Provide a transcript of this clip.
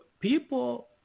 people